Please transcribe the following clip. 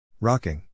Rocking